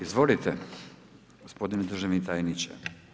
Izvolite gospodine državni tajniče.